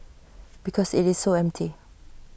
because IT is so empty